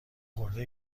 خورده